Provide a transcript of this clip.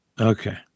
okay